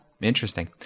Interesting